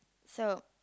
so